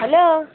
hello